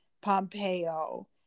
Pompeo